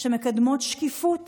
שמקדמות שקיפות